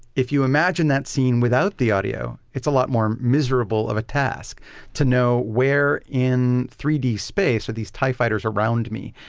if you imagine that scene without the audio, it's a lot more miserable of a task to know where in three d space are these tie fighters around me,